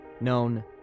known